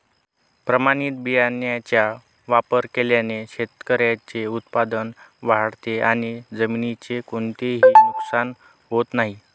प्रमाणित बियाण्यांचा वापर केल्याने शेतकऱ्याचे उत्पादन वाढते आणि जमिनीचे कोणतेही नुकसान होत नाही